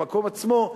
במקום עצמו,